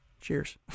Cheers